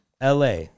LA